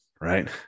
right